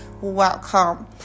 welcome